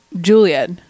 juliet